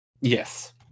Yes